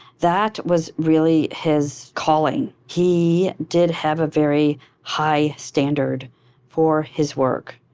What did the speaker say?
that was really his calling. he did have a very high standard for his work,